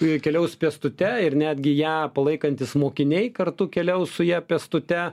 ji keliaus pėstute ir netgi ją palaikantys mokiniai kartu keliaus su ja pėstute